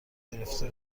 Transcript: گرفته